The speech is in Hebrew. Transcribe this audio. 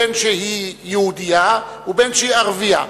בין שהיא יהודייה ובין שהיא ערבייה.